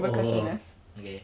oh okay